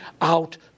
out